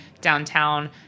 downtown